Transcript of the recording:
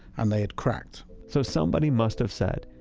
and they had cracked so somebody must have said,